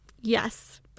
yes